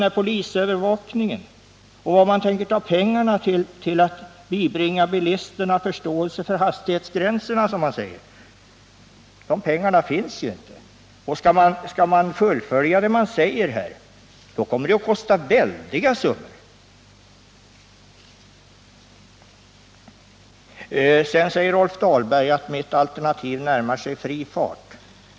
Varifrån tänker man ta pengarna till hela den här polisövervakningen och till att bibringa bilisterna förståelse för hastighetsgränserna, som man säger? De pengarna finns ju inte. Om man skall fullfölja det som sägs i propositionen, så kommer det att kosta väldiga summor. Rolf Dahlberg sade att mitt alternativ närmar sig fri fart.